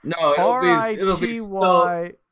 R-I-T-Y